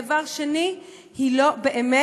דבר שני, היא לא באמת